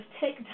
take